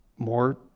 More